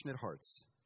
hearts